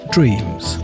Dreams